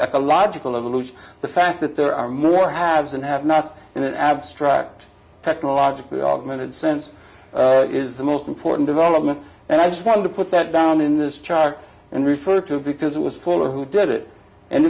ecological evolution the fact that there are more haves and have nots in an abstract technologically augmented sense is the most important development and i just wanted to put that down in this chart and refer to it because it was full of who did it and